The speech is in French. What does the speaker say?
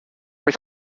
est